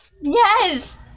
Yes